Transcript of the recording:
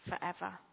forever